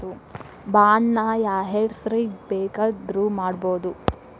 Bond ನ ಯಾರ್ಹೆಸ್ರಿಗ್ ಬೆಕಾದ್ರುಮಾಡ್ಬೊದು?